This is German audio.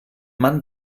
mann